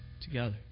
together